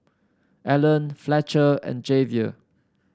Alan Fletcher and Javier